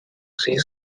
say